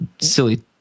silly